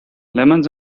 lemons